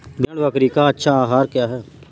भेड़ बकरी का अच्छा आहार क्या है?